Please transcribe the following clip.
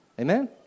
Amen